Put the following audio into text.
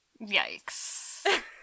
Yikes